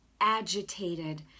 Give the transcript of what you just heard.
agitated